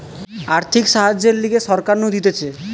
আর্থিক সাহায্যের লিগে সরকার নু দিতেছে